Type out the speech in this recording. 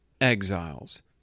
exiles